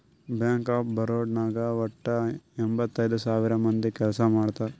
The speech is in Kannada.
ಬ್ಯಾಂಕ್ ಆಫ್ ಬರೋಡಾ ನಾಗ್ ವಟ್ಟ ಎಂಭತ್ತೈದ್ ಸಾವಿರ ಮಂದಿ ಕೆಲ್ಸಾ ಮಾಡ್ತಾರ್